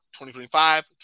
2025